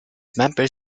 member